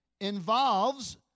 involves